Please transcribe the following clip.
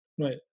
Right